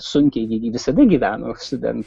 sunkiai visada gyveno studentai